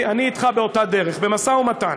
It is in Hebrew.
אני אתך באותה דרך, במשא-ומתן.